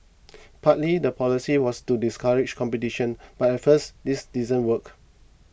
partly the policy was to discourage competition but at first this didn't work